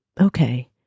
okay